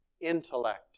intellect